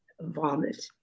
vomit